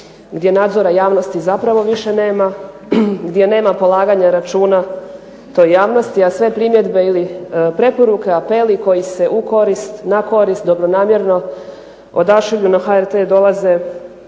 gdje nadzor javnosti zapravo više nema, gdje nama polaganja računa toj javnosti. A sve primjedbe, preporuke ili apeli koji se u korist, na korist, dobronamjerno odašilju na HRT dolaze